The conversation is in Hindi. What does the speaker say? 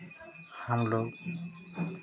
हम लोग